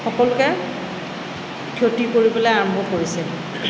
সকলোকে ক্ষতি কৰিবলৈ আৰম্ভ কৰিছে